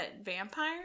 vampire